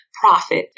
profit